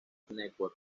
network